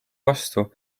vastu